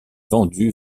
vendu